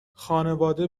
خانواده